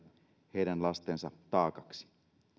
heidän lastensa taakaksi